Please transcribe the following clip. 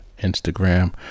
Instagram